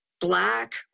black